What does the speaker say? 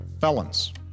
Felons